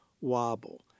wobble